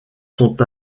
sont